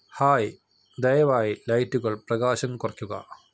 hi ദയവായി ലൈറ്റുകൾ പ്രകാശം കുറയ്ക്കുക